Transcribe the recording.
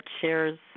shares